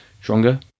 stronger